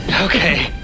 Okay